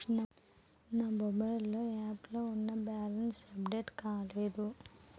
నా mobile app లో నా బ్యాలెన్స్ అప్డేట్ కాలేదు